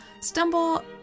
stumble